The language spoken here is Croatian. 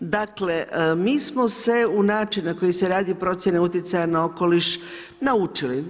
Dakle, mi smo se u način na koji se radi procjena utjecaja na okoliš naučili.